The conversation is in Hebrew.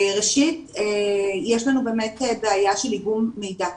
ראשית, יש לנו באמת בעיה של איגום מידע.